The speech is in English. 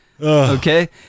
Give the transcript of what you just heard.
Okay